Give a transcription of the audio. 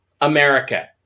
america